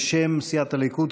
בשם סיעת הליכוד,